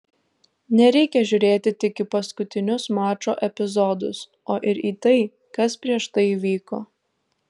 nereikia žiūrėti tik į paskutinius mačo epizodus o ir į tai kas prieš tai vyko